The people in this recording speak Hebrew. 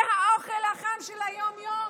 זה האוכל החם של היום-יום.